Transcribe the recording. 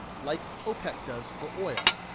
like opec does for oil.